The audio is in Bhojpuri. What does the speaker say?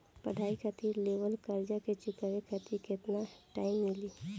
पढ़ाई खातिर लेवल कर्जा के चुकावे खातिर केतना टाइम मिली?